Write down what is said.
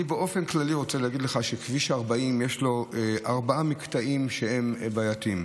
אני באופן כללי רוצה להגיד לך שלכביש 40 יש ארבעה מקטעים שהם בעייתיים.